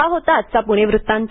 हा होता आजचा पुणे वृत्तांत